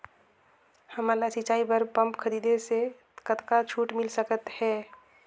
हमन ला सिंचाई बर पंप खरीदे से कतका छूट मिल सकत हे?